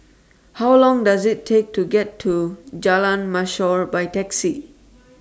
How Long Does IT Take to get to Jalan Mashor By Taxi